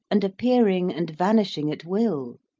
and appearing and vanish ing at will?